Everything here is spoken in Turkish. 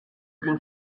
gün